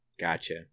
Gotcha